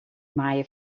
meie